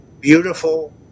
beautiful